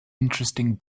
interesting